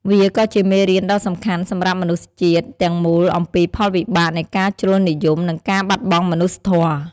វាក៏ជាមេរៀនដ៏សំខាន់សម្រាប់មនុស្សជាតិទាំងមូលអំពីផលវិបាកនៃការជ្រុលនិយម និងការបាត់បង់មនុស្សធម៌។